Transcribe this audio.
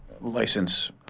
license